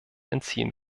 entziehen